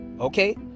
okay